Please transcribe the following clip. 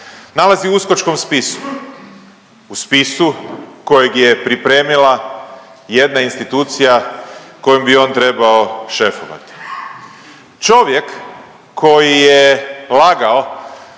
nalazi u uskočkom spisu. U spisu kojeg je pripremila jedna institucija kojom bi on trebao šefovati. Čovjek koji je lagao